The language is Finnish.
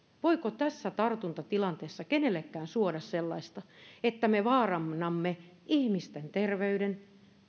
voiko tässä tartuntatilanteessa kenellekään suoda sellaista että me vaarannamme ihmisten terveyden